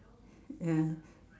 ya